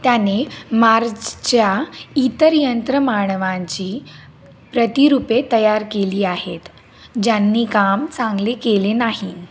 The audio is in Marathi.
त्याने मार्जच्या इतर यंत्रमानवांची प्रतिरूपे तयार केली आहेत ज्यांनी काम चांगले केले नाही